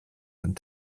von